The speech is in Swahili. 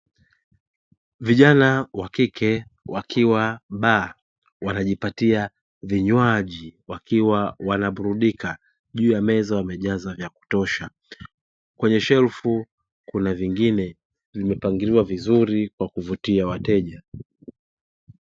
Vijana wa kike wakiwa baa, wanajipatia vinywaji wakiwa wanaburudika; juu ya meza wamejaza vya kutosha. Kwenye shelfu kuna vingine vimepangiliwa vizuri kwa kuvutia wateja.